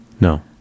No